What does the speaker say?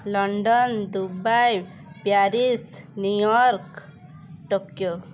London Dubai Paris New York Tokyo